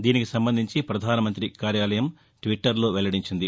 దీనికి సంబంధించి ప్రధానమంతి కార్యాలయం ట్వీట్లర్ లో వెల్లడించింది